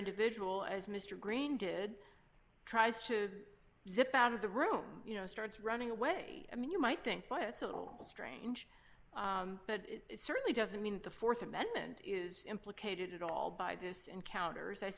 individual as mr greene did tries to zip out of the room you know starts running away i mean you might think but it's a little strange but it certainly doesn't mean the th amendment is implicated at all by this encounters i